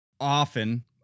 often